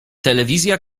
telewizja